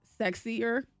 sexier